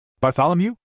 Bartholomew